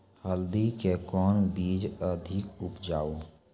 हल्दी के कौन बीज अधिक उपजाऊ?